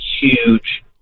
huge